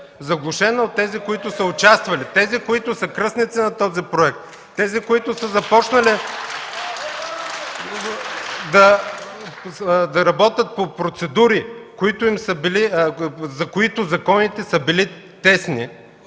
заглушена от тези, които са участвали, тези, които са кръстници на този проект (ръкопляскания в ГЕРБ), тези, които са започнали да работят по процедури, за които законите са били тесни.